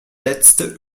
letzte